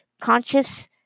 conscious